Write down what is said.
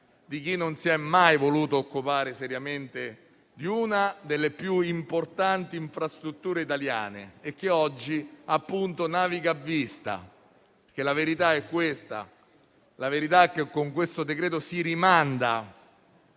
di chi non si è mai voluto occupare seriamente di una delle più importanti infrastrutture italiane e che oggi naviga a vista. La verità è questa: con questo decreto-legge si rimanda